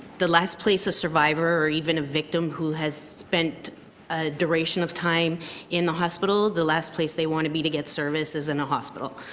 the last place a survivor or even a victim who has spent a duration of time in the hospital the last place they want to be to get service is in a hospital.